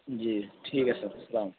جی ٹھیک ہے سر سلام